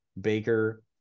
Baker